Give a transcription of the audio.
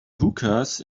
hookahs